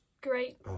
great